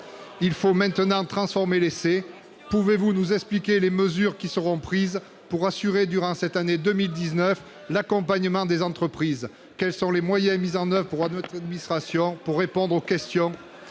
Il faut maintenant transformer définitivement l'essai. Pouvez-vous nous expliquer les mesures qui sont prises pour assurer, durant cette année 2019, l'accompagnement des entreprises ? Quels sont les moyens ... Terminez !... mis en oeuvre dans votre administration pour répondre aux questions